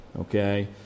okay